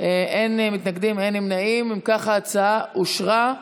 אם כך, ההצעה אושרה,